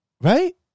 right